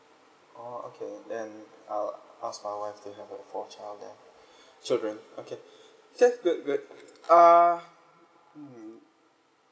orh okay then I'll ask my wife to have a four child then children okay okay good good uh hmm